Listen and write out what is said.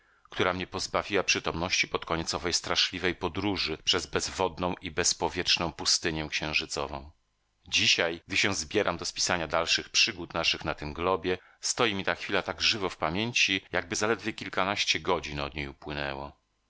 która mnie pozbawiła przytomności pod koniec owej straszliwej podróży przez bezwodną i bezpowietrzną pustynię księżycową dzisiaj gdy się zbieram do spisania dalszych przygód naszych na tym globie stoi mi ta chwila tak żywo w pamięci jakby zaledwie kilkanaście godzin od niej upłynęło